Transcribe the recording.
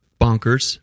bonkers